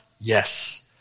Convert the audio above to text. Yes